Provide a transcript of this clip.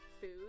food